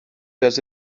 does